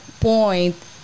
point